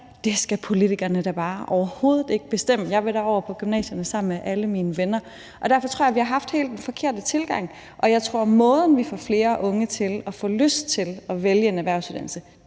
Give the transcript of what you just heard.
Det skal politikerne da bare overhovedet ikke bestemme; jeg vil da over på gymnasiet sammen med alle mine venner. Og derfor tror jeg, at vi har haft den helt forkerte tilgang, og jeg tror, at måden, vi får flere unge til at få lyst til at vælge en erhvervsuddannelse,